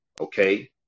Okay